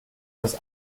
das